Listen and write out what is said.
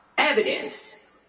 evidence